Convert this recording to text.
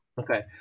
Okay